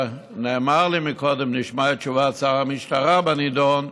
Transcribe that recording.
ונאמר לי קודם, נשמע את תשובת שר המשטרה בנדון,